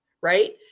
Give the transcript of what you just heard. right